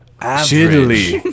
average